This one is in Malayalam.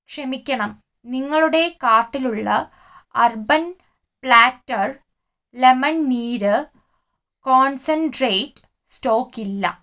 ക്ഷമിക്കണം നിങ്ങളുടെ കാർട്ടിലുള്ള അർബൻ പ്ലാറ്റർ ലെമൺ നീര് കോൺസെൻട്രേറ്റ് സ്റ്റോക്കില്ല